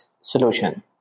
solution